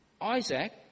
Isaac